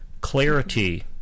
clarity